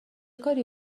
کاری